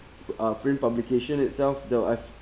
uh print publication itself though I've